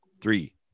Three